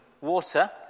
water